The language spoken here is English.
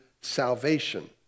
salvation